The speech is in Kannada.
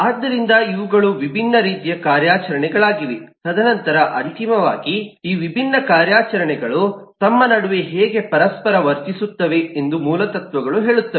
ಆದ್ದರಿಂದ ಇವುಗಳು ವಿಭಿನ್ನ ರೀತಿಯ ಕಾರ್ಯಾಚರಣೆಗಳಾಗಿವೆ ತದನಂತರ ಅಂತಿಮವಾಗಿ ಈ ವಿಭಿನ್ನ ಕಾರ್ಯಾಚರಣೆಗಳು ತಮ್ಮ ನಡುವೆ ಹೇಗೆ ಪರಸ್ಪರ ವರ್ತಿಸುತ್ತವೆ ಎಂದು ಮೂಲತತ್ವಗಳು ಹೇಳುತ್ತವೆ